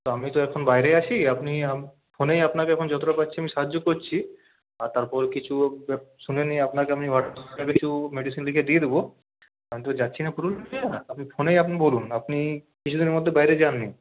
তো আমি তো এখন বাইরে আছি আপনি ফোনেই আপনাকে এখন যতটা পারছি আমি সাহায্য করছি আর তারপর কিছু শুনে নিয়ে আপনাকে আমি হোয়াটসঅ্যাপে কিছু মেডিসিন লিখে দিয়ে দেবো আমি তো যাচ্ছি না পুরুলিয়া আপনি ফোনেই আপনি বলুন আপনি কিছুদিনের মধ্যে বাইরে যাননি